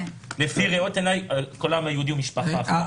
לפי ראות עיניי, כל העם היהודי הוא משפחה אחת.